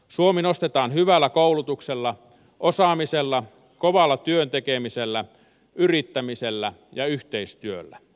suomi nostetaan hyvällä koulutuksella osaamisella kovalla työn tekemisellä yrittämisellä ja yhteistyöllä